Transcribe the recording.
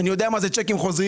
אני יודע מה זה צ'קים חוזרים,